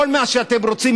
כל מה שאתם רוצים,